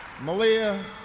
Malia